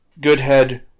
Goodhead